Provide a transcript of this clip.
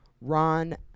Ron